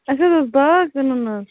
اَسہِ حظ اوس باغ کٕنُن حظ